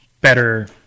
better